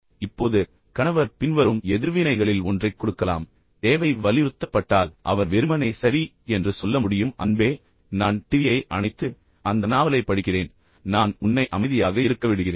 இப்போது கணவர் பின்வரும் எதிர்வினைகளில் ஒன்றைக் கொடுக்கலாம் தேவை வலியுறுத்தப்பட்டால் அவர் வெறுமனே சரி என்று சொல்ல முடியும் அன்பே நான் டிவியை அணைத்து அந்த நாவலைப் படிக்கிறேன் நான் உன்னை அமைதியாக இருக்க விடுகிறேன்